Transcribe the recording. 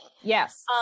Yes